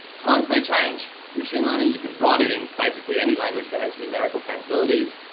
times may change machine learning, you can write it in basically any language that has numerical capabilities.